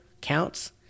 counts